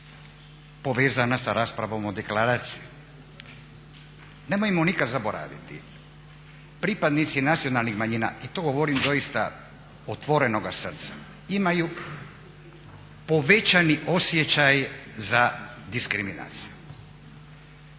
povezana sa raspravom o Deklaraciji. Nemojmo nikada zaboraviti, pripadnici nacionalnih manjina, i to govorim doista otvorenoga srca, imaju povećani osjećaj za diskriminaciju.